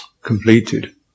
completed